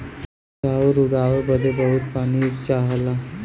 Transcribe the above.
चाउर उगाए बदे बहुत पानी चाहला